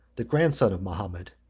the grandson of mahomet,